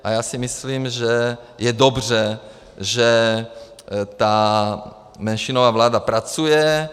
A já si myslím, že je dobře, že ta menšinová vláda pracuje.